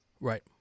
Right